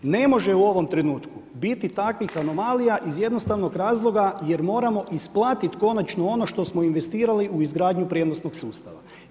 Ne može u ovom trenutku biti takvih anomalija iz jednostavnog razloga jer moram isplatiti konačno ono što smo investirali u izgradnju prijenosnog sustava.